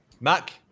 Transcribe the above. Mac